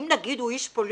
אם נגיד הוא איש פוליטי,